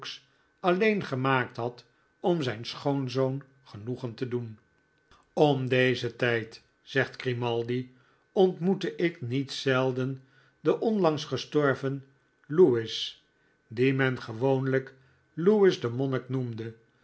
alleen gemaakt had om zijn schoonzoon genoegen te doen om dezen tijd zegt grimaldi ontmoette ik niet zelden den onlangs gestorven lewis dien men gewoonlijk lewis de monnik noemde